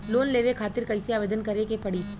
Loan लेवे खातिर कइसे आवेदन करें के पड़ी?